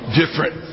different